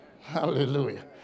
Hallelujah